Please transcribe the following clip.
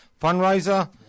Fundraiser